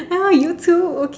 ya you too okay